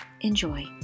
Enjoy